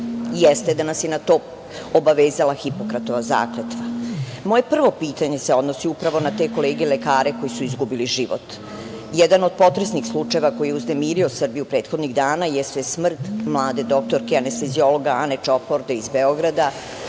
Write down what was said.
Jeste da nas je na to obavezala Hipokratova zakletva. Moje prvo pitanje se odnosi upravo na te kolege lekare koji su izgubili život. Jedan od potresnih slučajeva koji je uznemirio Srbiju prethodnih dana jeste smrt mlade dr anesteziologa Ane Čoporde, iz Beograda,